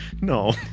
no